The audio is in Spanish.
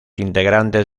integrantes